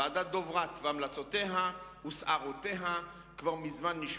ועדת-דברת והמלצותיה וסערותיה כבר מזמן נשכחו.